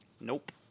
Nope